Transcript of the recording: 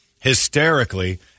hysterically